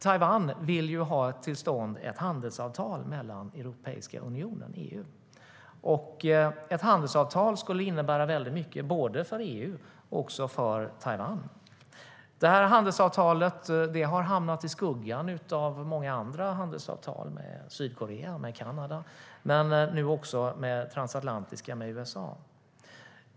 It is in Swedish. Taiwan vill ha till stånd ett handelsavtal med Europeiska unionen, och ett handelsavtal skulle betyda mycket både för EU och för Taiwan. Detta handelsavtal har hamnat i skuggan av andra handelsavtal med Sydkorea, Kanada och USA.